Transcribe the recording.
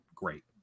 great